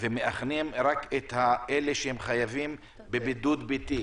עוקבת ומאכנת רק את אלה שהם חייבים בבידוד ביתי.